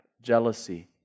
jealousy